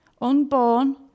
unborn